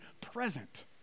present